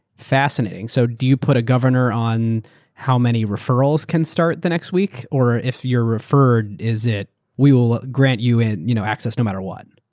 fascinating. so do you put a governor on how many referrals can start the next week or if you're referred, is it we will grant you an you know access no matter what? and